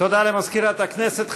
תודה למזכירת הכנסת.